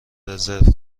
رزرو